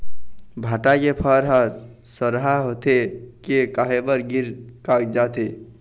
भांटा के फर हर सरहा होथे के काहे बर गिर कागजात हे?